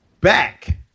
back